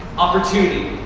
opportunity.